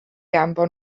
anfon